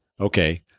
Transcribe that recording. Okay